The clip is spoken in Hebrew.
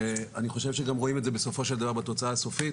ואני חושב שגם רואים את זה בסופו של דבר בתוצאה הסופית.